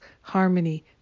harmony